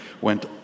went